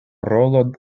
rolo